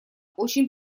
очень